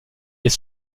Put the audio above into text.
est